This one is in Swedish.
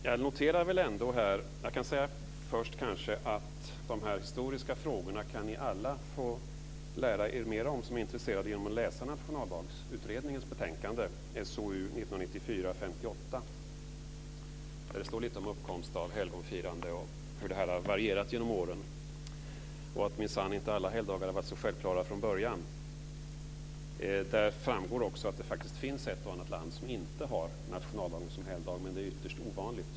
De historiska frågorna kan alla som är intresserade få lära sig mer om genom att läsa Nationaldagsutredningens betänkande SOU 1994:58, där det står lite om uppkomst av helgonfirande och hur det har varierat genom åren. Alla helgdagar har minsann inte varit så självklara från början. Där framgår också att det finns ett och annat land som inte har nationaldagen som helgdag, men det är ytterst ovanligt.